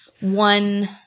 one